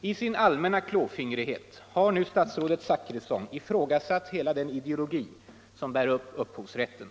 I sin allmänna klåfingrighet har nu statsrådet Zachrisson ifrågasatt hela den ideologi som bär upp upphovsrätten.